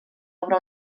obre